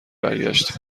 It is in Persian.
برگشتی